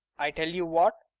i tell you what